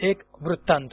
एक वृत्तांत